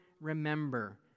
remember